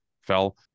fell